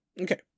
Okay